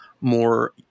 more